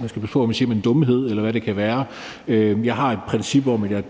man skal passe på med at sige det – er en dumhed, eller hvad det kan være. Jeg har et princip om, at jeg